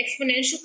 exponential